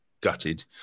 gutted